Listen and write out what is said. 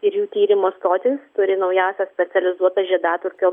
ir jų tyrimo stotys turi naujausias specializuotas žiedadulkių